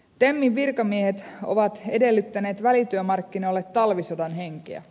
temmin virkamiehet ovat edellyttäneet välityömarkkinoille talvisodan henkeä